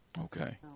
okay